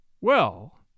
Well